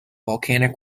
volcanic